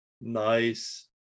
nice